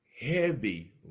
heavy